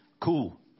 cool